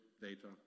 data